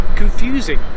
Confusing